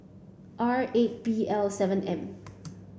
R eight B L seven M